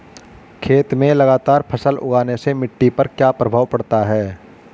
खेत में लगातार फसल उगाने से मिट्टी पर क्या प्रभाव पड़ता है?